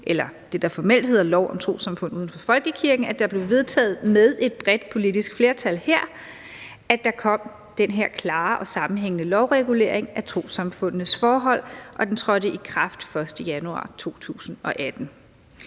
eller det, der formelt hedder lov om trossamfund uden for folkekirken, som blev vedtaget med et bredt politisk flertal, at der kom den her klare og sammenhængende lovregulering af trossamfundenes forhold. Og den trådte i kraft den 1. januar 2018.